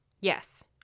Yes